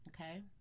okay